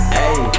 hey